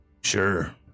Sure